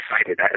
excited